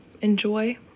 enjoy